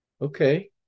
Okay